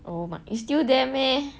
oh my god it's still there meh